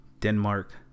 Denmark